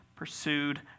pursued